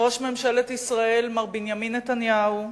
ראש ממשלת ישראל מר בנימין נתניהו,